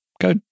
go